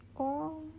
oh